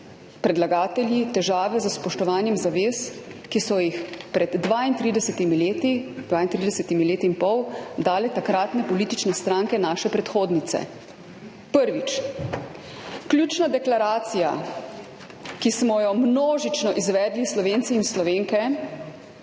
predlagatelji težave s spoštovanjem zavez, ki so jih pred 32 leti, 32 leti in pol dale takratne politične stranke, naše predhodnice. Prvič. Ključna deklaracija, ki smo jo množično izvedli Slovenci in Slovenke,